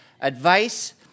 advice